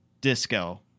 disco